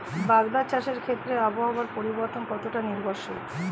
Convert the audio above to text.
বাগদা চাষের ক্ষেত্রে আবহাওয়ার পরিবর্তন কতটা নির্ভরশীল?